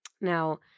Now